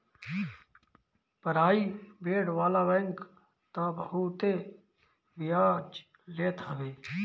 private वाला bank तअ बहुते बियाज लेत हवे